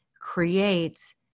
creates